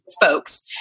folks